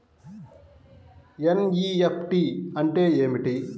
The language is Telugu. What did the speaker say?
ఎన్.ఈ.ఎఫ్.టీ అంటే ఏమిటీ?